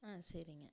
ஆ சரிங்க